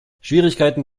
schwierigkeiten